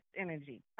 energy